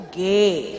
gay